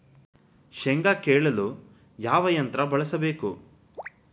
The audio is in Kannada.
ಶೇಂಗಾ ಕೇಳಲು ಯಾವ ಯಂತ್ರ ಬಳಸಬೇಕು?